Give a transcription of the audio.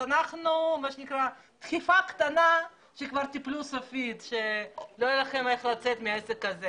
וזה דחיפה קטנה שיכולה כבר להוביל לנפילה סופית שאין דרך לצאת ממנה.